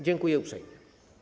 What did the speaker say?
Dziękuję uprzejmie.